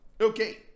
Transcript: Okay